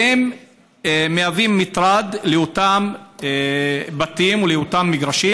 והם מהווים מטרד לאותם בתים או באותם מגרשים.